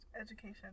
education